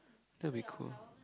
that'd be cool